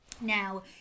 Now